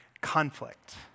Conflict